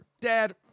dad